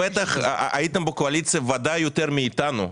בטח הייתם בקואליציה ודאי יותר מאיתנו.